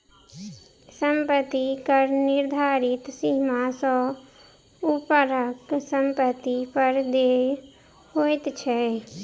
सम्पत्ति कर निर्धारित सीमा सॅ ऊपरक सम्पत्ति पर देय होइत छै